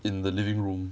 in the living room